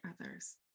others